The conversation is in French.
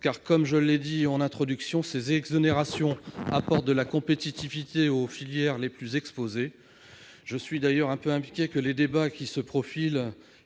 : comme je l'ai dit en introduction, ces exonérations apportent de la compétitivité aux filières les plus exposées. Je suis d'ailleurs un peu inquiet : tels que les débats se profilent,